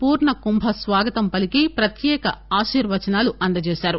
పూర్ణకుంభ స్వాగతం పలికి ప్రత్యేక ఆశీర్వచనాలు అందజేశారు